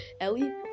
Ellie